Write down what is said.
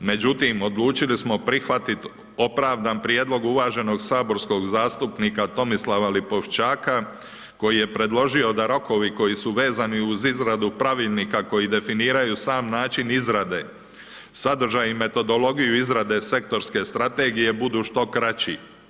Međutim, odlučili smo prihvatit opravdan prijedlog uvaženog saborskog zastupnika Tomislava Lipoščaka koji je predložio da rokovi koji su vezani uz izradu pravilnika koji definiraju sam način izrade, sadržaj i metodologiju izrade sektorske strategije budu što kraći.